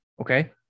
Okay